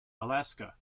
alaska